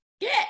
Get